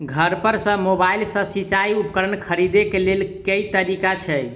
घर पर सऽ मोबाइल सऽ सिचाई उपकरण खरीदे केँ लेल केँ तरीका छैय?